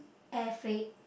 air freight